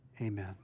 Amen